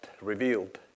revealed